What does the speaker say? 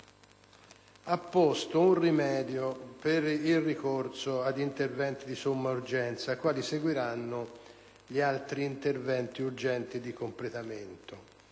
posto un rimedio per il ricorso ad interventi di somma urgenza, ai quali seguiranno gli altri interventi urgenti di completamento.